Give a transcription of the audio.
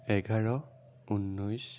এঘাৰ ঊনৈছ